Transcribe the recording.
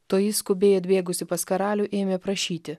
toji skubiai atbėgusi pas karalių ėmė prašyti